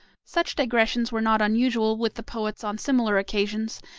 such digressions were not unusual with the poets on similar occasions,